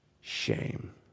shame